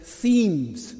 themes